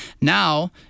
Now